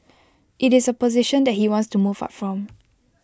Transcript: IT is A position that he wants to move up from